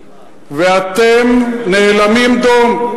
ואתם נאלמים דום.